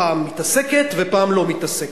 פעם מתעסקת ופעם לא מתעסקת.